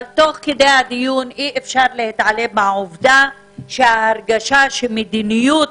אבל תוך כדי הדיון אי-אפשר מהעובדה שההרגשה שמדיניות